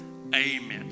amen